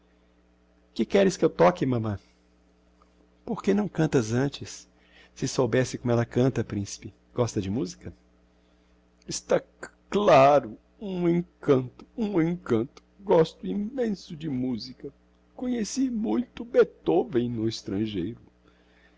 que queres que eu toque mamã por que não cantas antes se soubesse como ella canta principe gosta de musica está c laro um encanto um encanto gosto immenso de musica co onheci muito beethoven no estrangeiro